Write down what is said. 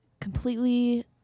completely